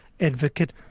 Advocate